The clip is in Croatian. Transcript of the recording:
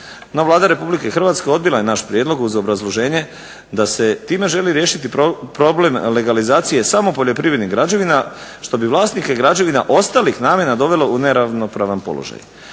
No Vlada Republike Hrvatske odbila je naš prijedlog uz obrazloženje da se time želi riješiti problem legalizacije samo poljoprivrednih građevina što bi vlasnike građevina ostalih namjena dovelo u neravnopravan položaj.